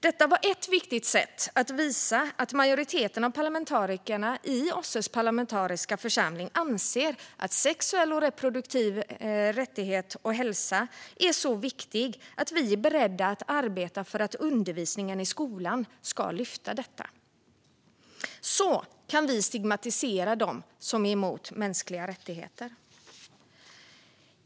Detta var ett viktigt sätt att visa att majoriteten av parlamentarikerna i OSSE:s parlamentariska församling anser att sexuell och reproduktiv hälsa och rättigheter är så viktigt att vi är beredda att arbeta för att man i undervisningen i skolan ska lyfta detta. Så kan vi stigmatisera dem som är emot mänskliga rättigheter.